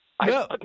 No